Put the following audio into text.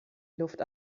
luft